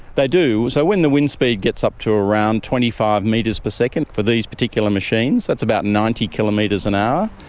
they do. so when the wind speed gets up to around twenty five metres per second for these particular machines, that's about ninety kilometres an hour,